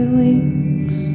wings